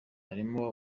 harimo